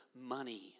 money